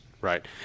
Right